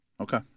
Okay